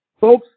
folks